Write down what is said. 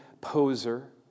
poser